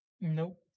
Nope